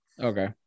Okay